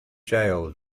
jail